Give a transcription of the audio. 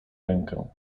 rękę